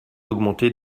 augmenté